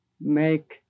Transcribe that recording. make